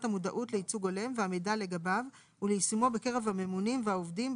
המודעות לייצוג הולם והמידע לגביו וליישומו בקרב הממונים והעובדים,